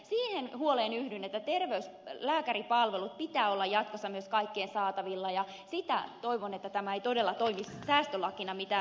siihen huoleen yhdyn että lääkäripalveluiden pitää olla myös jatkossa kaikkien saatavilla ja toivon että tämä ei todella toimisi säästölakina mitä itsekin vähän pelkään